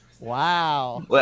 Wow